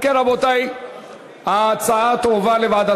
ועדת